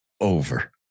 over